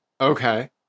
Okay